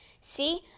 See